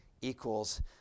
equals